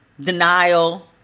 denial